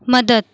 मदत